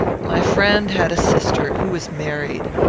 my friend had a sister, who was married,